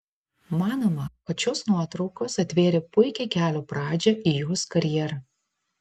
manoma kad šios nuotraukos atvėrė puikią kelio pradžią į jos karjerą